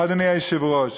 אדוני היושב-ראש.